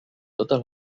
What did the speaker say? tota